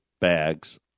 Bags